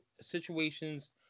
situation's